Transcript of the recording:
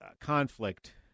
conflict